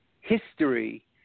history